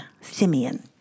Simeon